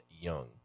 Young